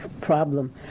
problem